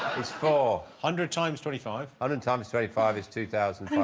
it's four hundred times twenty five hundred times twenty five is two thousand